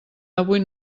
avui